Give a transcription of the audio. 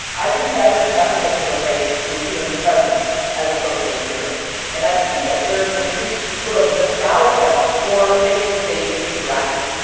i think that there is nothing that can replace the human presence as a social experience. and i think that there is an increased sort of nostalgia for face-to-face interaction.